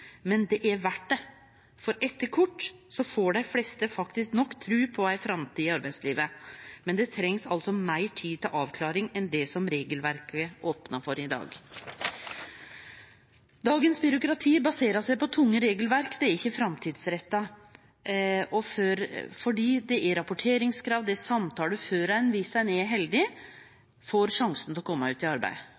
men det er verdt det, for etter kvart får dei fleste nok tru på ei framtid i arbeidslivet. Men ein treng altså meir tid til avklaring enn det som regelverket opnar for i dag. Dagens byråkrati baserer seg på tunge regelverk. Det er ikkje framtidsretta, for det er rapporteringskrav, og det er samtaler før ein – viss ein er heldig – får sjansen til å kome ut i arbeid.